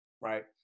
right